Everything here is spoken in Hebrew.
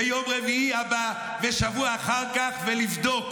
ביום רביעי הבא ושבוע אחר כך ולבדוק